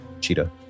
cheetah